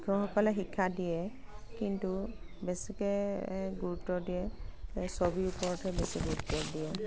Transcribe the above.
শিক্ষকসকলে শিক্ষা দিয়ে কিন্তু বেছিকৈ গুৰুত্ব দিয়ে এ ছবিৰ ওপৰতহে বেছি গুৰুত্ব দিয়ে